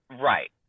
Right